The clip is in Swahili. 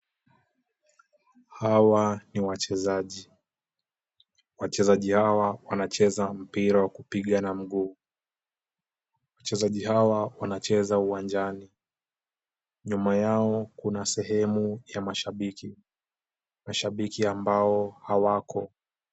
Hawa ni wachezaji. Wachezaji hawa wanacheza mpira wa kupiga na mguu. Wachezaji hawa wanacheza uwanjani. Nyuma yao kuna sehemu ya mashabiki, mashabiki ambao hawako.